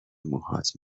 موهات